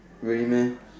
really meh